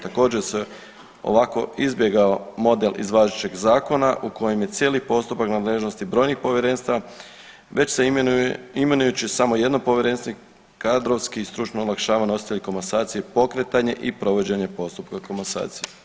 Također se ovako izbjegava model iz važećeg zakona u kojem je cijeli postupak nadležnosti brojnih povjerenstava već se imenuje, imenujući samo jedno povjerenstvo kadrovski i stručno olakšava nositelju komasacije pokretanje i provođenje postupka komasacije.